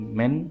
men